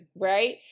right